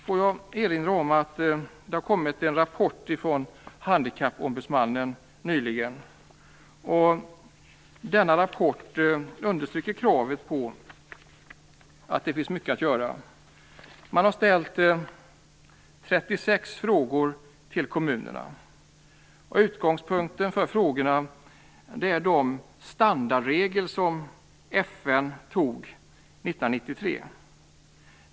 Jag vill erinra om att det nyligen kom en rapport från Handikappombudsmannen. I rapporten understryks att det här finns mycket att göra. Man har ställt 36 frågor till kommunerna. Utgångspunkten för frågorna är de standardregler som FN antog 1993.